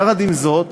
יחד עם זאת,